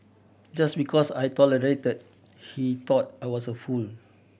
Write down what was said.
just because I tolerated he thought I was a fool